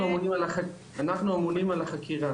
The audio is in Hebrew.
אנחנו אמונים על החקירה.